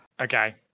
Okay